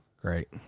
Great